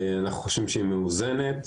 אנחנו חושבים שהיא מאוזנת,